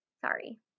Sorry